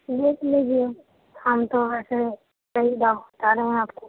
دیکھ لیجیے ہم تو ویسے صحیح دام بتا رہے ہیں آپ کو